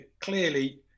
clearly